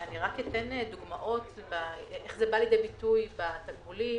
אני אתן דוגמאות איך זה בא לידי ביטוי בתגמולים